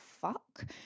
fuck